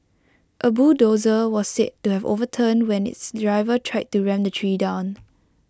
A bulldozer was said to have overturned when its driver tried to ram the tree down